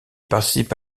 participe